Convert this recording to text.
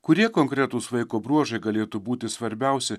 kurie konkretūs vaiko bruožai galėtų būti svarbiausi